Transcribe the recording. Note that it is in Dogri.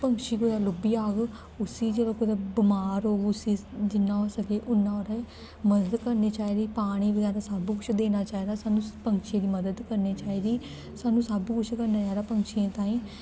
पंछी बगैरा लुब्भी जाग उस्सी जेल्लै कुतै बमार होग उस्सी जि'न्ना होई सकै उ'न्ना ओह्दी मदद करनी चाहिदी पानी बगैरा सब्भ कुछ देना चाहिदा सानूं पंछियें दी मदद करनी चाहिदी सानूं सब्भ कुछ करना चाहिदा पंछियें ताईं